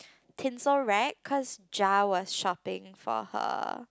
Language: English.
tinsel rack cause jar was shopping for her